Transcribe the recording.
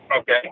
Okay